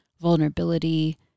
vulnerability